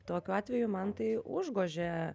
tokiu atveju man tai užgožė